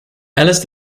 alice